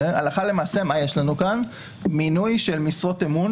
הלכה למעשה יש לנו כאן מינוי של משרות אמון